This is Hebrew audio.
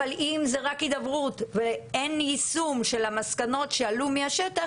אבל אם זה רק הידברות ואין יישום של המסקנות שעלו מהשטח,